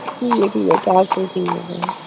ठीक ऐ ठीक ऐ चार सौ ठीक ऐ